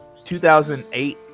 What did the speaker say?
2008